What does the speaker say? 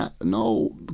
No